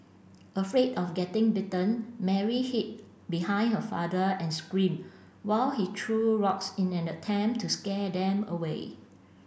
afraid of getting bitten Mary hid behind her father and screamed while he threw rocks in an attempt to scare them away